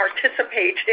participate